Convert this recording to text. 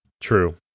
True